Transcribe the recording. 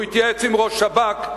הוא התייעץ עם ראש השב"כ,